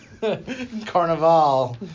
Carnival